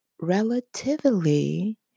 relatively